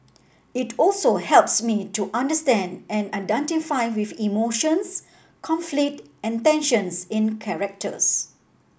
it also helps me to understand and identify with emotions conflict and tensions in characters